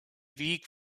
weg